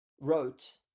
wrote